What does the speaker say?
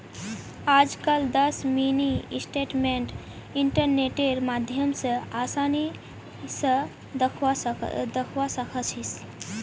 आजकल दस mini statement इन्टरनेटेर माध्यम स आसानी स दखवा सखा छी